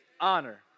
honor